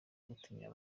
gutinya